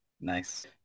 nice